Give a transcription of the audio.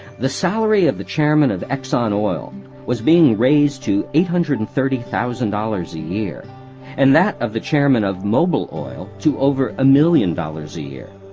the salary of the chairman of exxon oil was being raised to eight hundred and thirty thousand dollars a year and that of the chairman of mobil oil to over a million dollars a year.